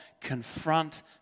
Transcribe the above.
confront